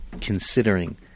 considering